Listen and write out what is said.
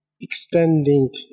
extending